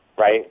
right